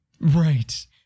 Right